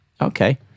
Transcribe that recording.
okay